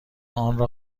آنرا